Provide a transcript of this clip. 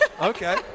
Okay